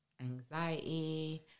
anxiety